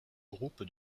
groupe